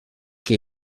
que